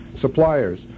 suppliers